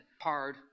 hard